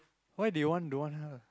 why did you want don't want her